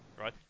right